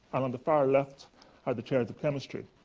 along the far left are the chairs of chemistry.